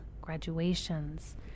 graduations